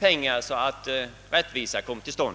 pengar så att rättvisa skipas.